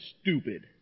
stupid